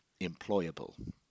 employable